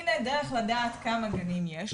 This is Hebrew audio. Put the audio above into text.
הינה דרך לדעת כמה גנים יש.